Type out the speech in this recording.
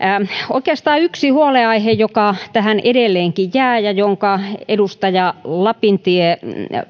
oikeastaan yksi huolenaihe joka tähän edelleenkin jää ja jonka edustaja lapintie